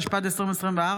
התשפ"ד 2024,